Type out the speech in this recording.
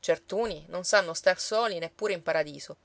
certuni non sanno star soli neppure in paradiso